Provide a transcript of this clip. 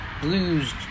blues